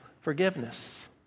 forgiveness